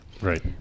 Right